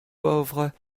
pauvres